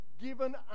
given